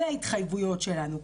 אלה ההתחייבויות שלנו.